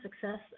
success